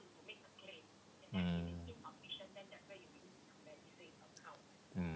mm mm